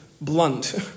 blunt